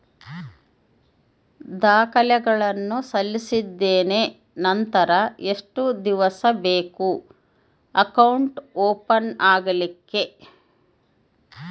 ದಾಖಲೆಗಳನ್ನು ಸಲ್ಲಿಸಿದ್ದೇನೆ ನಂತರ ಎಷ್ಟು ದಿವಸ ಬೇಕು ಅಕೌಂಟ್ ಓಪನ್ ಆಗಲಿಕ್ಕೆ?